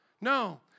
No